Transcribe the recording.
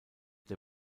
der